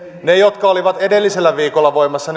niitä jotka olivat sitä edellisellä viikolla voimassa